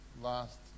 last